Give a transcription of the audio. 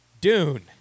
Dune